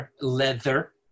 leather